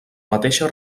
mateixa